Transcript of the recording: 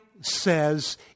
says